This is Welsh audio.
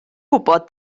gwybod